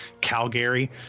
Calgary